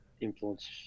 Influence